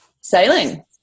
sailing